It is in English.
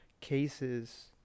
cases